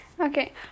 okay